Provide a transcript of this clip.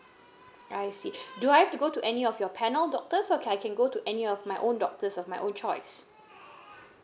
I see do I have to go to any of your panel doctor so I can go to any of my own doctors of my own choice